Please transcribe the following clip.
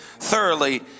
Thoroughly